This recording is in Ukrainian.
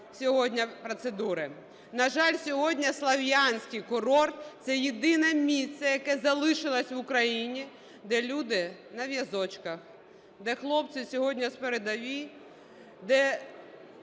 сьогодні процедури. На жаль, сьогодні Слов'янський курорт – це єдине місце, яке залишилося в Україні, де люди на візочках, де хлопці сьогодні з передової, де